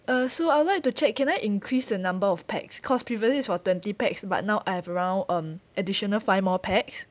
uh so I would like to check can I increase the number of pax cause previously is for twenty pax but now I have around um additional five more pax